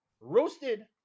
roasted